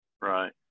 Right